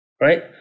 right